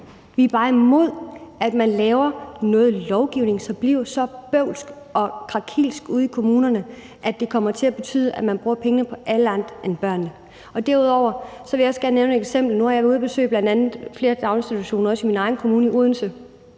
Vi er bare imod, at man laver noget lovgivning, som bliver så bøvlet og krakilsk ude i kommunerne, at det kommer til at betyde, at man bruger pengene på alle andre end børnene. Derudover vil jeg gerne nævne et eksempel. Nu har jeg været ude at besøge bl.a. flere daginstitutioner, også i min egen kommune, Odense.